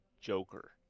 Joker